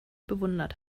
bewundert